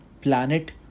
planet